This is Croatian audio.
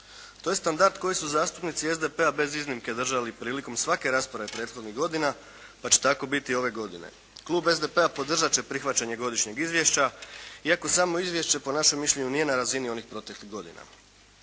To je standard koji su zastupnici SDP-a bez iznimke držali prilikom svake rasprave prethodnih godina pa će tako biti i ove godine. Klub SDP-a podržat će prihvaćanje Godišnjeg izvješća iako samo izvješće po našem mišljenju nije na razini onih proteklih godina.